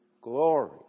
glory